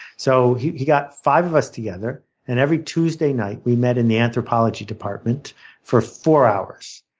so he he got five of us together and every tuesday night, we met in the anthropology department for four hours.